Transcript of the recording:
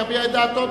יביע את דעתו